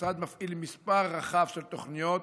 המשרד מפעיל מספר רחב של תוכניות